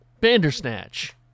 Bandersnatch